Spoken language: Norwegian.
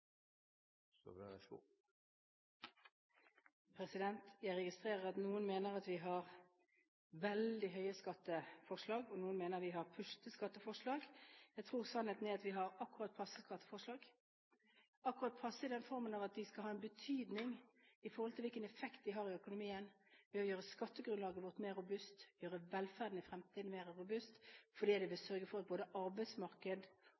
skatteforslag. Jeg tror sannheten er at vi har akkurat passe skatteforslag – akkurat passe i den forstand at de skal ha en betydning når det gjelder hvilken effekt de har i økonomien, ved å gjøre skattegrunnlaget vårt mer robust, gjøre velferden i fremtiden mer robust, fordi de vil